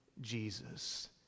Jesus